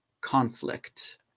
conflict